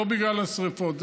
לא בגלל השרפות,